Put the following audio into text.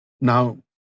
Now